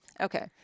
Okay